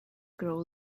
grow